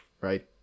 right